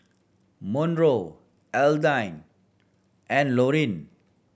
Monroe Alden and Lorrie